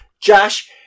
Josh